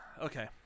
Okay